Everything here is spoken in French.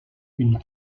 une